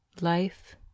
Life